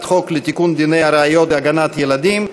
חוק לתיקון דיני הראיות (הגנת ילדים)